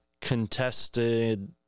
contested